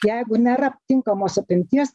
jeigu nėra tinkamos apimties